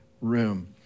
room